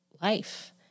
life